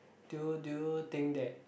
do you do you think that